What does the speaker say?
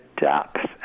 depth